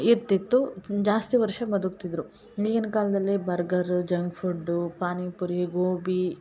ಇರ್ತಿತ್ತು ಜಾಸ್ತಿ ವರ್ಷ ಬದುಕ್ತಿದ್ದರು ಈಗಿನ ಕಾಲದಲ್ಲಿ burger junk food panipuri gobi